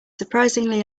surprisingly